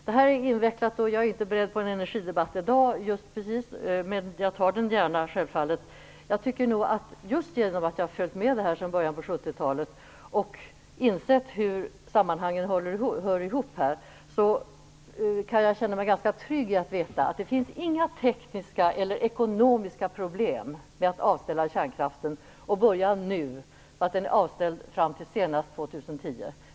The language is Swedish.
Det här är invecklat, och jag är inte beredd på en energidebatt i dag, men jag tar den gärna senare. Just genom att jag följt med det här sedan början på 70 talet och insett sammanhangen kan jag känna mig ganska trygg i att veta att det inte finns några tekniska eller ekonomiska problem för att avställa kärnkraften och börja nu, så att den är avställd senast 2010.